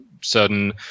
certain